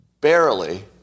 Barely